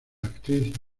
actriz